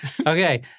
Okay